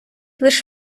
лиш